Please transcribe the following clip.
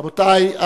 רבותי,